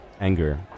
anger